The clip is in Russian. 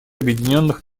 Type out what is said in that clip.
объединенных